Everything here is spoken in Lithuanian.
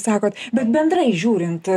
sakot bet bendrai žiūrint